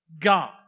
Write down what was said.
God